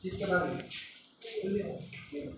ठीकसँ बाजू सुनि नहि रहल छियै